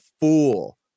fool